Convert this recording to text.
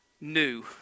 new